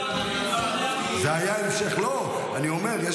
אני בטוח שהשר לוין שמח